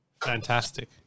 Fantastic